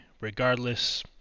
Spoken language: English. regardless